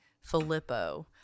Filippo